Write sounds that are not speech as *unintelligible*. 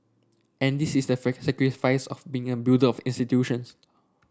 and this is the *unintelligible* sacrifice of being a builder of institutions